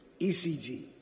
ECG